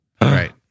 Right